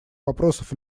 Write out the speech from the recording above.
вопросов